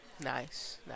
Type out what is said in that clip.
Nice